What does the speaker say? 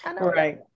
right